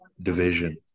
division